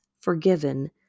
forgiven